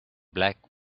black